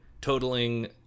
totaling